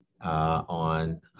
on